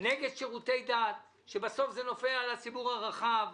נגד שירותי הדת, שבסוף זה נופל על הציבור הרחב.